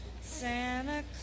Santa